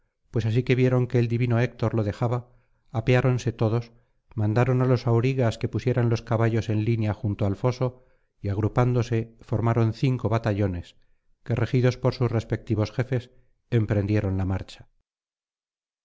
pues así que vieron que el divino héctor lo dejaba apeáronse todos mandaron álos aurigas que pusieran los caballos en línea junto al foso y agrupándose formaron cinco batallones que regidos por sus respectivos jefes emprendieron la marcha